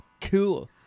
cool